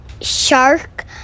shark